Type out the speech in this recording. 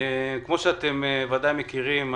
כמו שאתם ודאי מכירים,